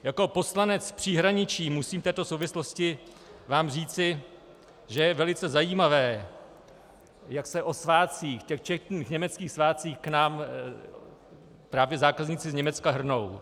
Jako poslanec z příhraničí vám musím v této souvislosti říci, že je velice zajímavé, jak se o svátcích, těch četných německých svátcích, k nám právě zákazníci z Německa hrnou.